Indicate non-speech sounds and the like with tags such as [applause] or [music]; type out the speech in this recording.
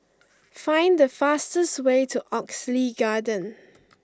[noise] find the fastest way to Oxley Garden